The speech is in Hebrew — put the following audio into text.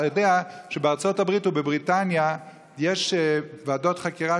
אתה יודע שבארצות הברית ובבריטניה יש ועדות חקירה